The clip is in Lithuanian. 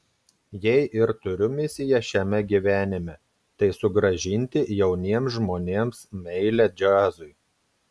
jei ir turiu misiją šiame gyvenime tai sugrąžinti jauniems žmonėms meilę džiazui